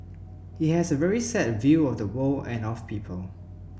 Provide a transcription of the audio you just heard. he has a very set view of the world and of people